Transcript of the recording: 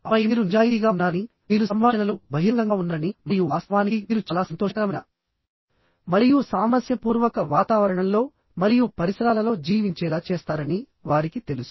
ఆపై మీరు నిజాయితీగా ఉన్నారని మీరు సంభాషణలో బహిరంగంగా ఉన్నారని మరియు వాస్తవానికి మీరు చాలా సంతోషకరమైన మరియు సామరస్యపూర్వక వాతావరణంలో మరియు పరిసరాలలో జీవించేలా చేస్తారని వారికి తెలుసు